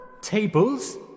Tables